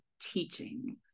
teaching